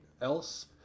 else